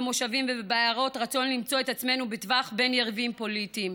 במושבים ובעיירות רצון למצוא את עצמנו בטווח בין יריבים פוליטיים.